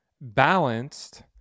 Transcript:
Balanced